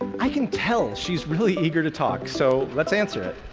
i can tell she is really eager to talk. so let's answer it.